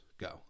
go